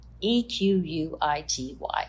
e-q-u-i-t-y